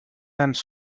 tants